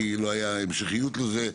כי לא הייתה המשכיות לזה.